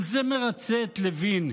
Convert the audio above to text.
אם זה מרצה את לוין,